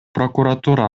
прокуратура